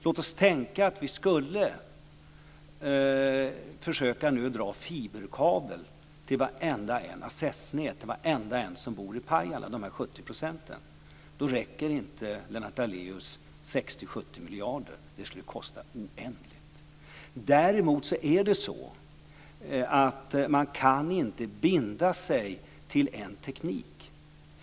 Låt oss tänka att vi skulle försöka dra fiberkabel - accessnät - till varenda en av de 70 % som bor i glesbygd i Pajala. Då räcker inte, Lennart Daléus, 60-70 miljarder. Det skulle kosta oändligt. Däremot är det så att man inte kan binda sig till en teknik.